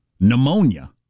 pneumonia